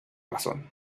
razón